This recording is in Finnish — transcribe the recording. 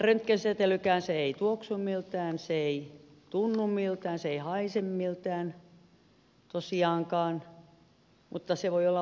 röntgensäteilykään ei tuoksu miltään se ei tunnu miltään se ei haise miltään tosiaankaan mutta se voi olla vaarallista